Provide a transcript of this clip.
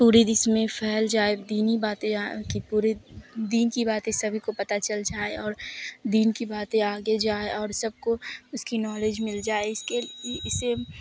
پورے دیش میں پھیل جائے دینی باتیں کہ پورے دین کی باتیں سبھی کو پتا چل جائے اور دین کی باتیں آگے جائے اور سب کو اس کی نالج مل جائے اس کے اسے